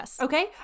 Okay